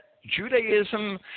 Judaism